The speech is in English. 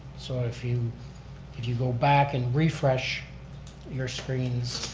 so if you if you go back and refresh your screens,